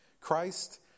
Christ